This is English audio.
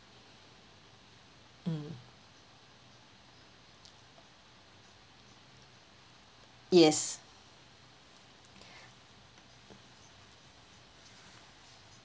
mm yes